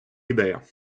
ідея